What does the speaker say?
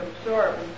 absorb